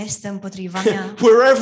Wherever